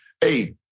hey